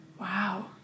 Wow